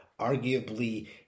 Arguably